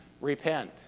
repent